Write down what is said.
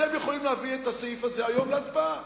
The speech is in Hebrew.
אתם יכולים להביא את הסעיף הזה היום להצבעה,